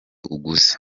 uguze